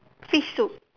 fish soup